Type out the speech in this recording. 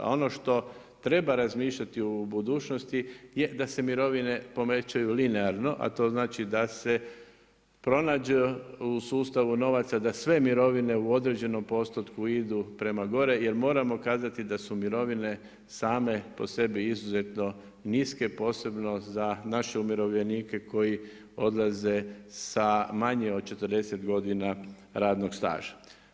A ono što treba razmišljati u budućnosti je da se mirovine povećaju linearno, a to znači da se pronađe u sustavu novaca da sve mirovine u određenom postotku idu prema gore jel moramo kazati da su mirovine same po sebi izuzetno niske, posebno za naše umirovljenike koji odlaze sa manje od 40 godina radnog staža.